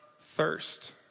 thirst